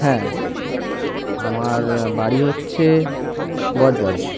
হ্যাঁ আমার বাড়ি হচ্ছে বজবজ